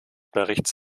berichts